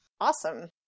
Awesome